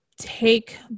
take